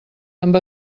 amb